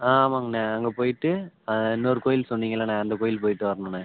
ஆ ஆமாங்கண்ண அங்கே போயிட்டு இன்னொரு கோயில் சொன்னிங்களண்ண அந்த கோயிலுக்கு போயிட்டு வர்ணுண்ண